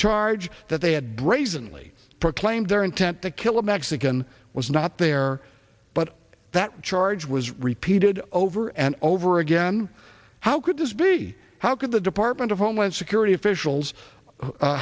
charge that they had brazenly proclaimed their intent to kill a mexican was not there but that charge was repeated over and over again how could this be how could the department of homeland security officials